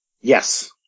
yes